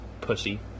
pussy